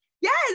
yes